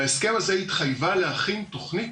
בהסכם הזה התחייבה להכין תכנית,